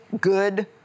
good